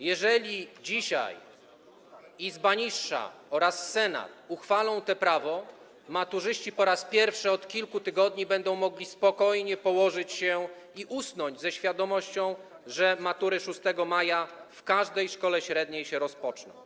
Jeżeli dzisiaj Izba niższa oraz Senat uchwalą to prawo, maturzyści po raz pierwszy od kilku tygodni będą mogli spokojnie położyć się i usnąć ze świadomością, że matury 6 maja w każdej szkole średniej się rozpoczną.